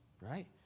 Right